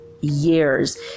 years